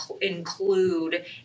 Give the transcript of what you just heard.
include